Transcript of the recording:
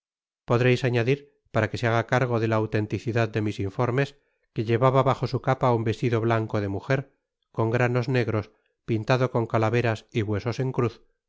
podreis añadir para que se haga cargo de la autenticidad de mis informes que llevaba bajo su capa un vestido blanco de mujer con granos negros pintado con calaveras y huesos en cruz